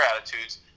attitudes